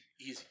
Easy